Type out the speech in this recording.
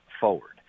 forward